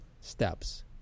steps